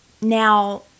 Now